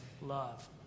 love